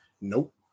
nope